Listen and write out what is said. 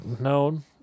known